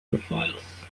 profiles